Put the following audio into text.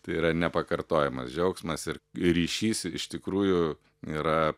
tai yra nepakartojamas džiaugsmas ir ryšys iš tikrųjų yra